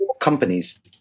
companies